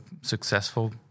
successful